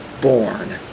born